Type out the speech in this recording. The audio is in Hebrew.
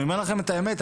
אני אומר לכם את האמת,